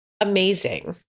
amazing